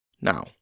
Now